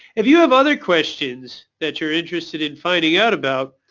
if you have other questions that you are interested in finding out about,